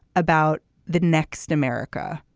about the next america.